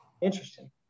interesting